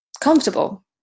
comfortable